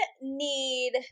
need